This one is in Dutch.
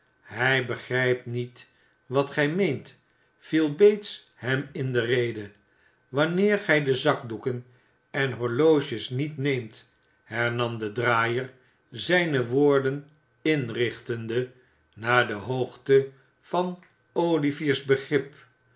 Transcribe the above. hij begrijpt niet wat gij meent viel bates hem in de rede wanneer gij de zakdoeken en horloges niet neemt hernam de draaier zijne woorden inrichtende naar de hoogte van olivier's begrip